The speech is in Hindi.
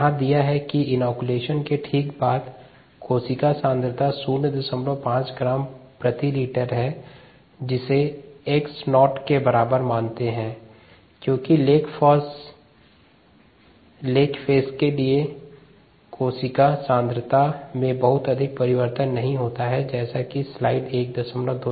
यहाँ दिया गया है कि इनॉक्यूलेशन के ठीक बाद कोशिका सांद्रता 05 ग्राम पर लीटर है जिसे x नॉट का बराबर मानते हैं क्योंकि लेग फेज के दौरान कोशिका सांद्रता में बहुत अधिक परिवर्तन नहीं होता है स्लाइड समय 0121